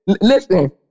listen